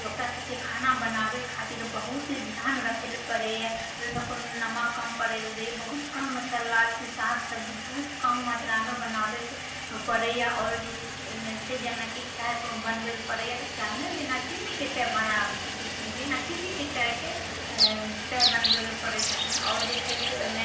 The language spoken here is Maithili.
तऽ ओकरा सबके खाना बनाबै खातिर बहुत ध्यान रखै लए पड़ैए ओहिमे कोनो नमक कम पड़ै लए दैया बहुत कम मसल्ला शाक सबजी बहुत कम मात्रामे बनाबैके पड़ैए और जे छै से ओइमे जे छै जेना कि चाय बनबै लै पड़ैए तऽ चायमे बिना चिन्नीके चाय बनाबु पीथिन बिना चिन्नीके चायके चाय बनबै लै पड़ै छथिन और जे छै से ओइमे